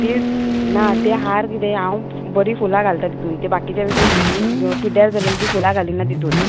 तिड्स ना तें हार किदें हांव बरीं फुलां घालता तितून तें बाकीच्या भशेन पिड्ड्यार जाल्लेली बी फुलां घालिना तितून